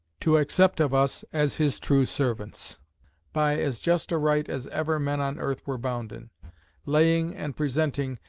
to accept of us as his true servants by as just a right as ever men on earth were bounden laying and presenting,